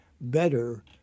better